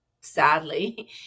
sadly